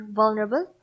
vulnerable